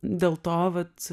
dėl to vat